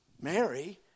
Mary